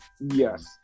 Yes